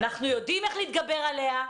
אנחנו יודעים איך להתגבר עליה,